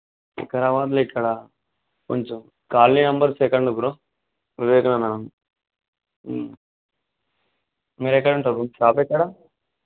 వికారాబాద్లో ఎక్కడ కొంచెం colony number చెప్పండి బ్రో వివేకానంద్ మీరు ఎక్కడ ఉంటారు బ్రో షాప్ ఎక్కడ